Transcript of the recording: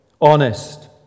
honest